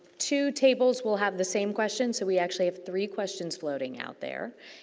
two tables will have the same question, so we actually have three questions floating out there.